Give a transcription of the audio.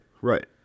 Right